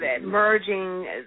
merging